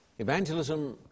Evangelism